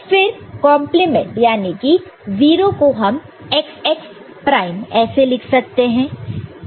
फिर कॉन्प्लीमेंट याने की 0 को हम x x प्राइम ऐसे लिख सकते हैं